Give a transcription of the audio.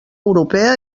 europea